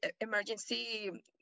emergency